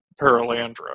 Paralandra